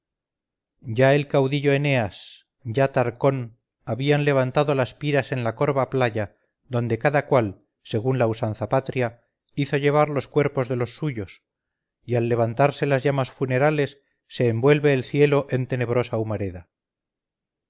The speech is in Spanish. ya el caudillo eneas ya tarcón habían levantado las piras en la corva playa donde cada cual según la usanza patria hizo llevar los cuerpos de los suyos y al levantarse las llamas funerales se envuelve el cielo en tenebrosa humareda